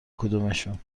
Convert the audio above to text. کدومشون